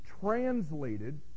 translated